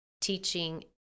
teaching